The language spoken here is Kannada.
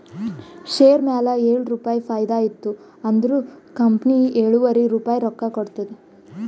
ಶೇರ್ ಮ್ಯಾಲ ಏಳು ರುಪಾಯಿ ಫೈದಾ ಇತ್ತು ಅಂದುರ್ ಕಂಪನಿ ಎಳುವರಿ ರುಪಾಯಿ ರೊಕ್ಕಾ ಕೊಡ್ತುದ್